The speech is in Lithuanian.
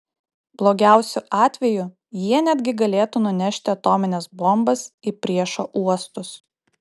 blogiausiu atveju jie netgi galėtų nunešti atomines bombas į priešo uostus